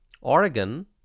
Oregon